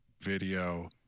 video